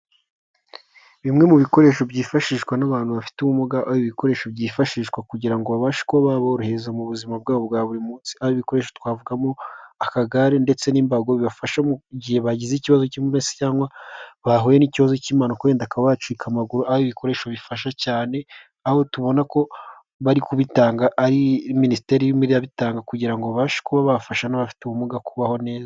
Bimwe mu bikoresho byifashishwa n'abantu bafite ubumuga, aho ibi ibikoresho byifashishwa kugira ngo baborohereza mu buzima bwabo bwa buri munsi, aho ibi bikoresho twavugamo akagare ndetse n'imbago, bibafasha mu gihe bagize ikibazo cy'ubumuga cyangwa bahuye n'ikibazo cy'impanuka wenda bakaba yacika amaguru,, aho ibi bikoresho bifasha cyane aho tubona ko abari kubitanga ari minisiteri iri kubitanga kugira ngo babashe kuba bafasha n'abafite ubumuga kugira ngo babeho neza.